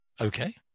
Okay